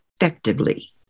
effectively